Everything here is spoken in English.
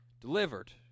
Delivered